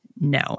No